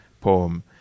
poem